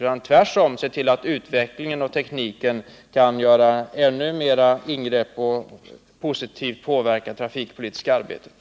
Det är tvärtom fråga om att se till att utvecklingen och tekniken kan göra ännu mera ingrepp och positivt påverka det trafikpolitiska arbetet.